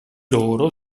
loro